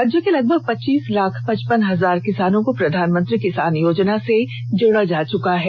राज्य के लगभग पच्चीस लाख पचपन हजार किसानों को प्रधानमंत्री किसान योजना से जोड़ा जा चुका है